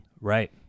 right